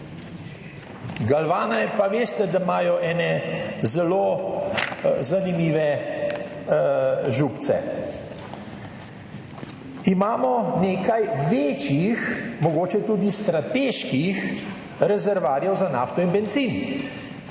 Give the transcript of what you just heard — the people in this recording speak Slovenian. Galvana je pa, veste da imajo ene zelo zanimive župce. Imamo nekaj večjih, mogoče tudi strateških rezervoarjev za nafto in bencin